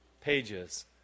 pages